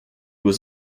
was